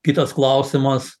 kitas klausimas